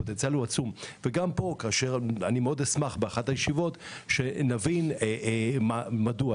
אני מאוד אשמח שבאחת הישיבות נבין מדוע.